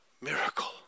miracle